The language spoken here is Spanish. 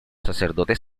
sacerdotes